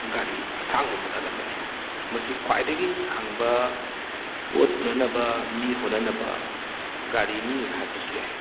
ꯒꯥꯔꯤ ꯑꯁꯥꯡꯕ ꯃꯈꯜ ꯑꯃꯅꯤ ꯃꯁꯤ ꯈ꯭ꯋꯥꯏꯗꯒꯤ ꯁꯥꯡꯕ ꯄꯣꯠ ꯄꯨꯅꯅꯕ ꯃꯤ ꯍꯣꯟꯅꯅꯕ ꯒꯥꯔꯤꯅꯤ ꯍꯥꯏꯕꯁꯨ ꯌꯥꯏ